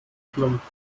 schlumpf